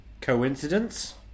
Coincidence